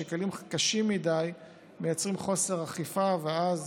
שכלים קשים מדי מייצרים חוסר אכיפה ואז